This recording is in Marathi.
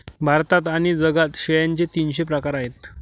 भारतात आणि जगात शेळ्यांचे तीनशे प्रकार आहेत